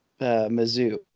Mizzou